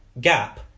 gap